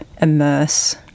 immerse